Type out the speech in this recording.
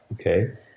okay